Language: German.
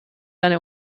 eine